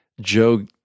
Joe